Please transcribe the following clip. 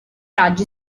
raggi